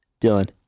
Dylan